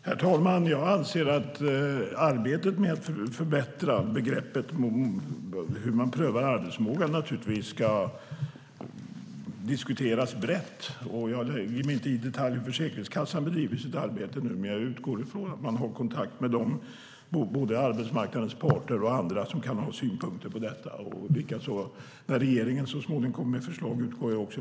Herr talman! Jag anser att arbetet med att förbättra begreppet för hur man prövar arbetsförmågan naturligtvis ska diskuteras brett. Jag lägger mig inte i detaljer. Försäkringskassan bedriver sitt arbete, och jag utgår från att man har kontakt med både arbetsmarknadens parter och andra som kan ha synpunkter på detta. Jag utgår från att det blir en bred remissomgång när regeringen så småningom kommer med sitt förslag.